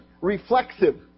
reflexive